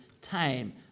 time